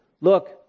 Look